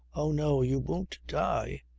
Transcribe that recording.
oh no. you won't die.